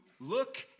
look